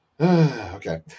Okay